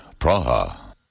Praha. (